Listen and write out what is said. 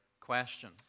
question